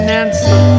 Nancy